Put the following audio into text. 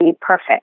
perfect